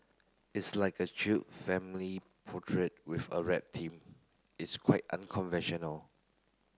it's like a chill family portrait with a rap theme it's quite unconventional